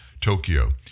Tokyo